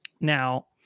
Now